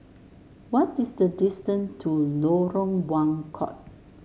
what is the distant to Lorong Buangkok